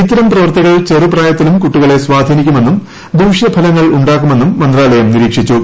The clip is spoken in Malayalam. ഇത്തരം പ്രവൃത്തികൾ ചെറു പ്രായത്തിലും കുട്ടികളെ സ്വാധീനിക്കുമെന്നും ദൂഷ്യഫലങ്ങളുണ്ടാക്കുമെന്നും മ ന്ത്രാലയം നിരീക്ഷിച്ചു